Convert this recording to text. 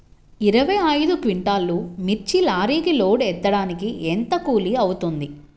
ఇరవై ఐదు క్వింటాల్లు మిర్చి లారీకి లోడ్ ఎత్తడానికి ఎంత కూలి అవుతుంది?